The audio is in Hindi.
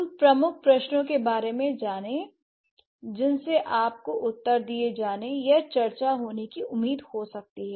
उन प्रमुख प्रश्नों के बारे में जाने जिनसे आपको उत्तर दिए जाने या चर्चा होने की उम्मीद हो सकती है